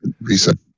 reset